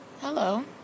Hello